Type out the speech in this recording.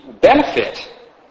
benefit